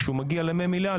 כשהוא מגיע לימי מליאה,